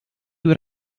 what